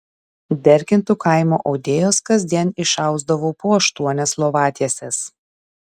derkintų kaimo audėjos kasdien išausdavau po aštuonias lovatieses